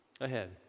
ahead